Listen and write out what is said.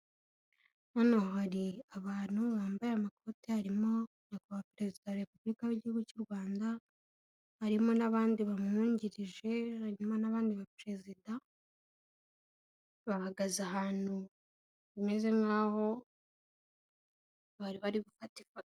Hano hari abantu bambaye amakoti harimo nyakubahwa perezida wa repubulika w'igihugu cy'u Rwanda harimo n'abandi bamwungirije harimo n'abandi baperezida bahagaze ahantu bimeze nk'aho bari gufata ifoto.